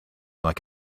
like